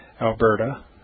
Alberta